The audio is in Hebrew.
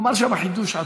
הוא אמר שם חידוש עצום.